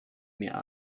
mir